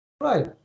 Right